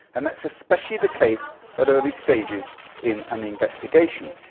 and that's especially the case at early stages in an investigation,